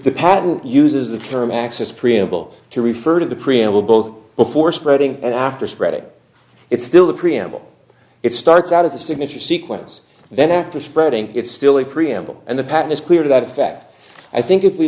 the patent uses the term axis preamble to refer to the preamble both before spreading and after spreading it's still the preamble it starts out as a signature sequence then after spreading it's still a preamble and the pattern is clear to that effect i think if we